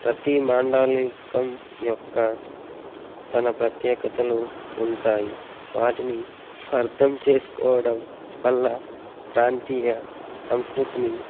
ప్రతి మాండలికం యొక్క తన ప్రత్యేకతలు ఉంటాయి వాటిని అర్థం చేసుకోవడం వల్ల ప్రాంతీయ సంస్కృతిని